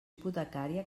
hipotecària